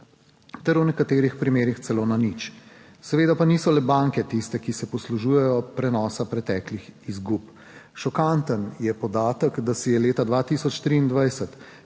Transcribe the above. ter v nekaterih primerih celo na nič. Seveda pa niso le banke tiste, ki se poslužujejo prenosa preteklih izgub. Šokanten je podatek, da si je leta 2023